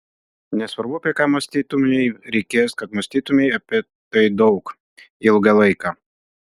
nesvarbu apie ką mąstytumei reikės kad mąstytumei apie tai daug ilgą laiką